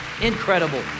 Incredible